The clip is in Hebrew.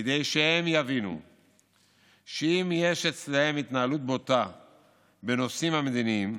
כדי שהם יבינו שאם יש אצלם התנהלות בוטה בנושאים המדיניים,